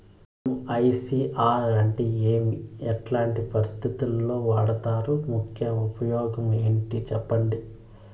MICR అంటే ఏమి? ఎట్లాంటి పరిస్థితుల్లో వాడుతారు? ముఖ్య ఉపయోగం ఏంటి సెప్పండి?